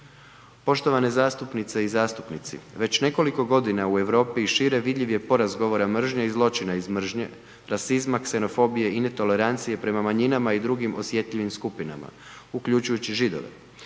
Poštovane zastupnice i zastupnici već nekoliko godina u Europi i šire vidljiv je porast govora mržnje i zločina iz mržnje, rasizma, ksenofobije i netolerancije prema manjinama i drugim osjetljivim skupinama uključujući Židove.